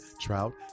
trout